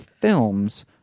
Films